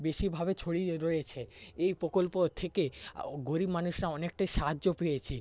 বেশিভাবে ছড়িয়ে রয়েছে এই প্রকল্প থেকে গরিব মানুষরা অনেকটাই সাহায্য পেয়েছে